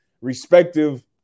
respective